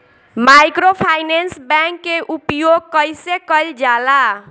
Microfinance bank के उपयोग कइसे कइल जाला?